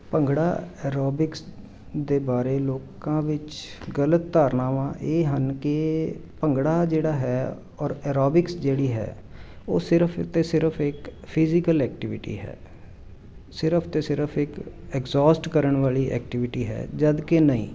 bhangra aerobics ਦੇ ਬਾਰੇ ਲੋਕਾਂ ਵਿੱਚ ਗਲਤ ਧਾਰਨਾਵਾਂ ਇਹ ਹਨ ਕਿ ਭੰਗੜਾ ਜਿਹੜਾ ਹੈ ਔਰ ਐਰੋਬਿਕਸ ਜਿਹੜੀ ਹੈ ਉਹ ਸਿਰਫ਼ ਅਤੇ ਸਿਰਫ਼ ਇੱਕ ਫਿਜੀਕਲ ਐਕਟੀਵਿਟੀ ਹੈ ਸਿਰਫ਼ ਅਤੇ ਸਿਰਫ਼ ਇੱਕ ਐਗਜੋਸਟ ਕਰਨ ਵਾਲੀ ਐਕਟੀਵਿਟੀ ਹੈ ਜਦੋਂ ਕਿ ਨਹੀਂ